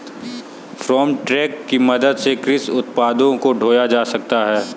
farm truck की मदद से कृषि उत्पादों को ढोया जाता है